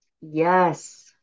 Yes